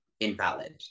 invalid